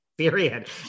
period